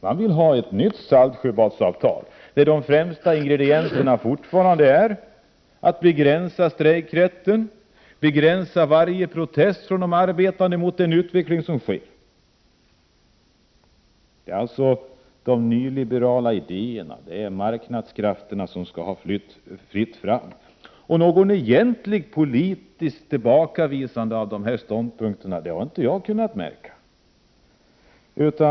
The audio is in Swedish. SAF vill ha ett nytt Saltsjöbadsavtal, där de främsta ingredienserna fortfarande är att begränsa strejkrätten, begränsa varje protest från de arbetande mot den utveckling som sker. De nyliberala idéerna innebär alltså att det skall vara fritt fram för marknadskrafterna. Något egentligt politiskt tillbakavisande av dessa ståndpunkter har i varje fall inte jag kunnat märka.